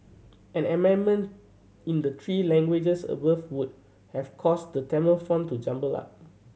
an amendment in the three languages above would have caused the Tamil font to jumble up